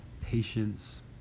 patience